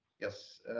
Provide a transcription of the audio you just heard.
Yes